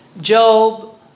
Job